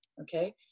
Okay